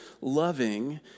loving